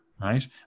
right